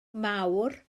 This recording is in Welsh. mawr